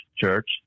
church